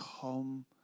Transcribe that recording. come